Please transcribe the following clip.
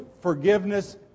forgiveness